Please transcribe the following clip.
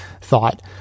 thought